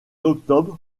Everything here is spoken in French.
octobre